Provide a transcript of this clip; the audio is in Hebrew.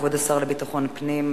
כבוד השר לביטחון פנים,